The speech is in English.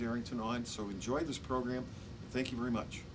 during tonight so enjoy this program thank you very much